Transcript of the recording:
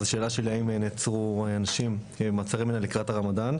אז השאלה שלי האם נעצרו אנשים במעצרי מנע לקראת הרמדאן?